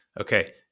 okay